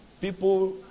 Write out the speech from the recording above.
People